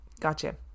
Gotcha